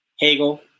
Hegel